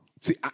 See